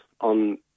on